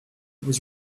was